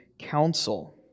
counsel